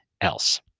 else